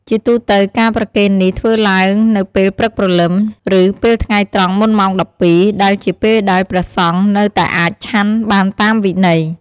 ជាទូទៅ ការប្រគេននេះធ្វើឡើងនៅពេលព្រឹកព្រលឹម ឬពេលថ្ងៃត្រង់មុនម៉ោង ១២ ដែលជាពេលដែលព្រះសង្ឃនៅតែអាចឆាន់បានតាមវិន័យ។